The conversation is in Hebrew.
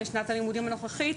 שנת הלימודים הנוכחית,